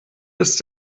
ist